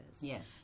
Yes